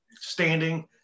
standing